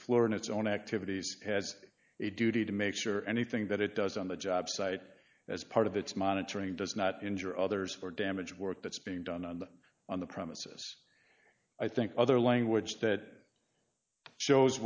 lauren its own activities has a duty to make sure anything that it does on the jobsite as part of its monitoring does not injure others or damage work that's being done and on the premises i think other language that shows